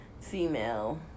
female